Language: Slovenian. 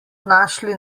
našli